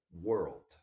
world